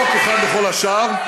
חוק אחד לכל השאר,